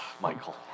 Michael